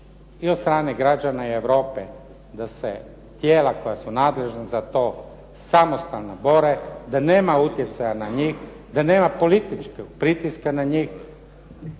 i od strane građana i Europe da se tijela koja su nadležna za to samostalno bore, da nema utjecaja na njih, da nema političkog pritiska na njih